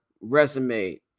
resume